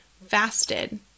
fasted